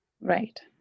Right